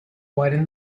widen